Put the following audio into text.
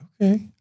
Okay